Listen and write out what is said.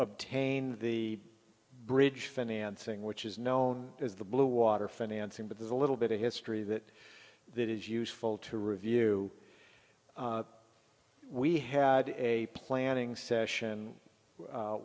obtain the bridge financing which is known as the blue water financing but there's a little bit of history that that is useful to review we had a planning session